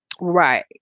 Right